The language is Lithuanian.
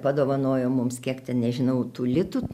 padovanojo mums kiek ten nežinau tų litų